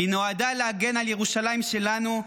היא נועדה להגן על ירושלים שלנו,